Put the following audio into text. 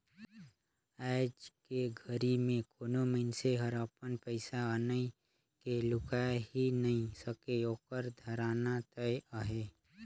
आयज के घरी मे कोनो मइनसे हर अपन पइसा अनई के लुकाय ही नइ सके ओखर धराना तय अहे